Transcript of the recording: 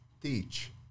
teach